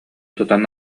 тутан